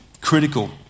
Critical